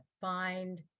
Find